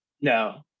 no